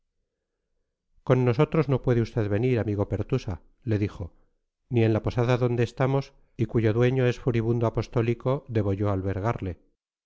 con nosotros no puede usted venir amigo pertusa le dijo ni en la posada donde estamos y cuyo dueño es furibundo apostólico debo yo